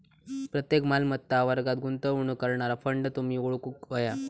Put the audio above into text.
प्रत्येक मालमत्ता वर्गात गुंतवणूक करणारा फंड तुम्ही ओळखूक व्हया